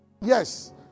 Yes